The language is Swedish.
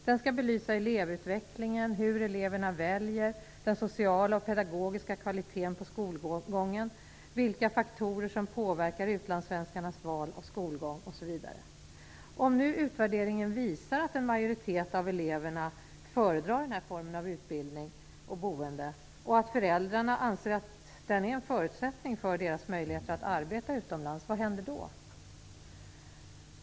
Den skall belysa elevutvecklingen, hur eleverna väljer, den sociala och pedagogiska kvaliteten på skolgången, vilka faktorer som påverkar utlandssvenskarnas val av skolgång osv. Vad händer om utvärderingen visar att en majoritet av eleverna föredrar denna form av utbildning och boende och att föräldrarna anser att den är en förutsättning för deras möjligheter att arbeta utomlands?